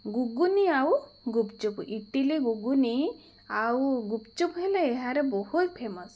ଗୁଗୁନି ଆଉ ଗୁପ୍ଚୁପ୍ ଇଟିଲି ଗୁଗୁନି ଆଉ ଗୁପ୍ଚୁପ୍ ହେଲା ଏହାର ବହୁତ ଫେମସ